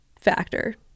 factor